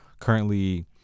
currently